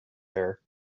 air